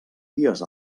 dies